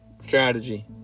strategy